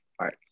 right